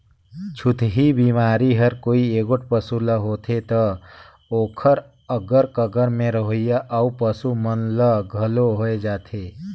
छूतही बेमारी हर कोई एगोट पसू ल होथे त ओखर अगर कगर में रहोइया अउ पसू मन ल घलो होय जाथे